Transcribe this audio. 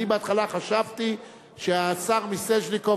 אני בהתחלה חשבתי שהשר מיסז'ניקוב,